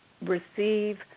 receive